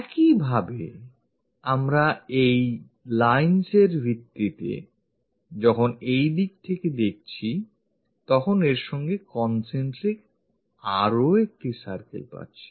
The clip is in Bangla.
একইভাবে আমরা এই lines এর ভিত্তিতে যখন এইদিক থেকে দেখছি তখন এর সঙ্গে concentric আরোও একটি circle পাচ্ছি